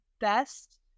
best